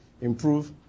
improve